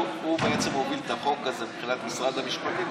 ארז קמיניץ בעצם הוביל את החוק הזה מבחינת משרד המשפטים,